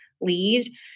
lead